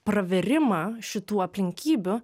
pravėrimą šitų aplinkybių